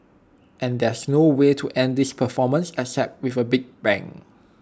and there's no way to end this performance except with A big bang